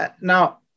now